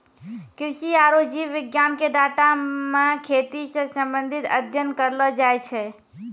कृषि आरु जीव विज्ञान के डाटा मे खेती से संबंधित अध्ययन करलो जाय छै